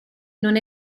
non